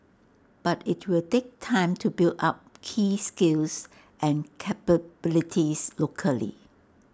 but IT will take time to build up key skills and capabilities locally